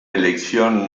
elección